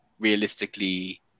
Realistically